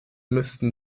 müssten